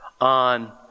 on